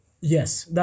Yes